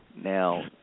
now